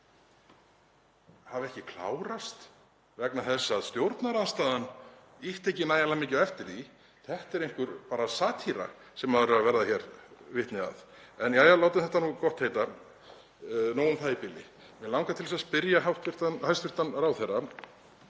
hafi ekki klárast vegna þess að stjórnarandstaðan ýtti ekki nægjanlega mikið á eftir því, þetta er einhver satíra sem maður er að verða hér vitni að. En jæja, látum þetta nú gott heita, nóg um það í bili. Mig langar til að spyrja hæstv. ráðherra.